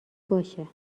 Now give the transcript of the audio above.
باشه